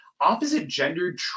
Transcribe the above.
opposite-gendered